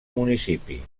municipi